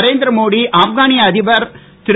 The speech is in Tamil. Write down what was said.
நரேந்திர மோடி ஆப்கானிய அதிபர் திரு